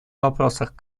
вопросах